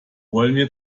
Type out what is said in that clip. wollen